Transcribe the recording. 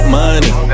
money